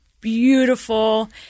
Beautiful